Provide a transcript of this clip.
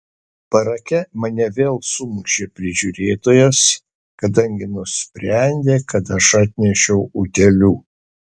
barake mane vėl sumušė prižiūrėtojas kadangi nusprendė kad aš atnešiau utėlių